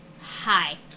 Hi